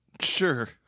Sure